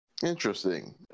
Interesting